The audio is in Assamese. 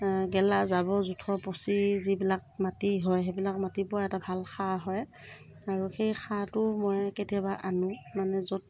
গেলা জাবৰ জোথৰ পঁচি যিবিলাক মাটি হয় সেইবিলাক মাটিৰ পৰা এটা ভাল সাৰ হয় আৰু সেই সাৰটো মই কেতিয়াবা আনো মানে য'ত